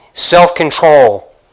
self-control